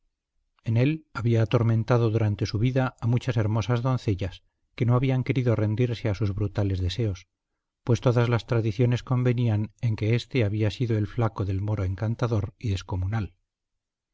en él había atormentado durante su vida a muchas hermosas doncellas que no habían querido rendirse a sus brutales deseos pues todas las tradiciones convenían en que éste había sido el flaco del moro encantador y descomunal